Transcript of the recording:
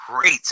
great